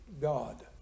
God